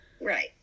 Right